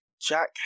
Jack